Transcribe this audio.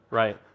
right